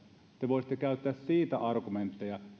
te voisitte käyttää argumentteja